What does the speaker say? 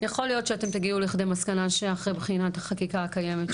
יכול להיות שאתם תגיעו לכדי מסקנה שאחרי בחינת החקיקה הקיימת,